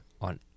on